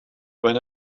when